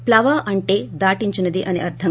ప్లవ అంటే దాటించింది అని అర్గం